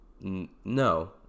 no